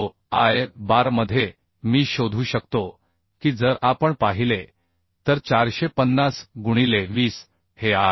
तर Ay बार मध्ये मी शोधू शकतो की जर आपण पाहिले तर 450 गुणिले 20 हे A आहे